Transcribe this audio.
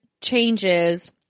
changes